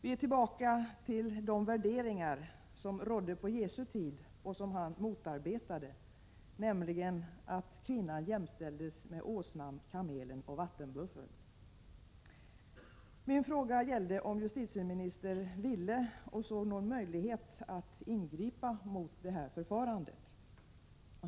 Vi är tillbaka till de värderingar som rådde på Jesu tid och som han motarbetade, nämligen att kvinnan jämställdes med åsnan, kamelen och vattenbuffeln. Min fråga gällde om justitieministern ville ingripa, eller såg någon möjlighet att ingripa, mot detta förfarande.